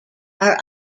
are